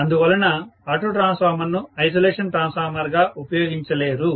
అందువలన ఆటో ట్రాన్స్ఫార్మర్ను ఐసోలేషన్ ట్రాన్స్ఫార్మర్గా ఉపయోగించలేరు